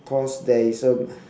cause there isn't